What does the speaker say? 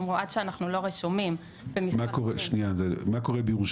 הם אמרו עד שאנחנו לא רשומים במשרד הפנים- -- מה קורה בירושלים?